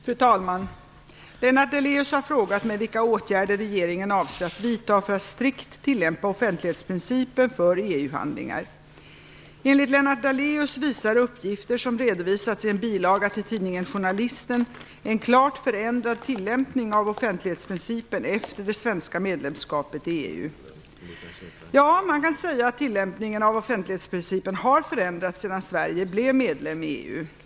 Fru talman! Lennart Daléus har frågat mig vilka åtgärder regeringen avser att vidta för att strikt tillämpa offentlighetsprincipen för EU-handlingar. Enligt Lennart Daléus visar uppgifter som redovisats i en bilaga till tidningen Journalisten en klart förändrad tillämpning av offentlighetsprincipen efter det svenska medlemskapet i EU. Ja, man kan säga att tillämpningen av offentlighetsprincipen har förändrats sedan Sverige blev medlem i EU.